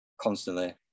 Constantly